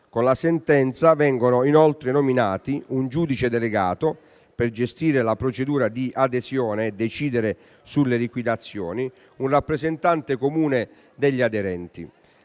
Con la sentenza vengono inoltre nominati: un giudice delegato, per gestire la procedura di adesione e decidere sulle liquidazioni e un rappresentante comune degli aderenti.